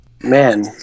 Man